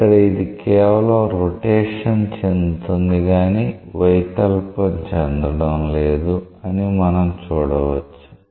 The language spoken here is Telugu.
ఇక్కడ ఇది కేవలం రొటేషన్ చెందుతుంది కానీ వైకల్పం చెందడం లేదు అని మనం చూడవచ్చు